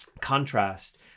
contrast